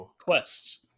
quests